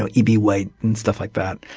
ah e b white and stuff like that.